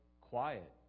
quiet